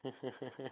mm mm